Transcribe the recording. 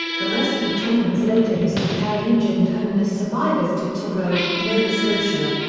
the rescued train was later used to carry injured and homeless survivors to truro, nova scotia.